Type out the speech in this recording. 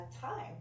time